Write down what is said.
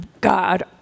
God